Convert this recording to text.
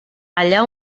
allà